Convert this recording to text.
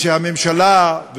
והממשלה,